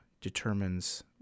determines